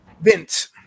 Vince